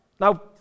Now